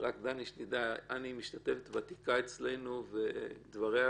דני, שתדע, אן היא משתתפת ותיקה אצלנו ודבריה